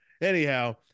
Anyhow